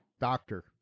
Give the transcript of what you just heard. Doctor